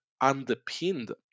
underpinned